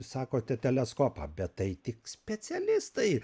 sakote teleskopą bet tai tik specialistai